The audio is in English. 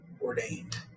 ordained